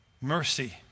mercy